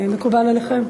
מקובל עליכם?